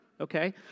Okay